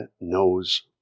knows